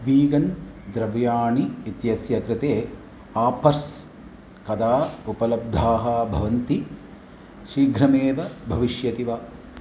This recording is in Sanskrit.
वीगन् द्रव्याणि इत्यस्य कृते आपर्स् कदा उपलब्धाः भवन्ति शीघ्रमेव भविष्यति वा